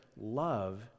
love